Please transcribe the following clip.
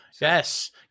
Yes